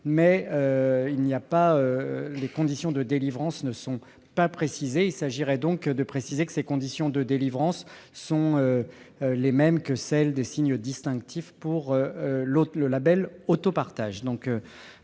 mais les conditions de délivrance de ce signe ne sont pas précisées. Il s'agirait donc de préciser que ces conditions de délivrance sont les mêmes que celles des signes distinctifs relatifs au label « autopartage